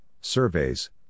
Surveys